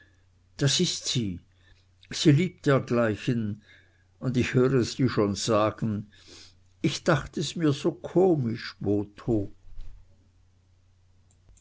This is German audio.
das ist sie sie liebt dergleichen und ich höre sie schon sagen ich dacht es mir so komisch botho